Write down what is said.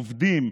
עובדים,